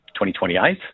2028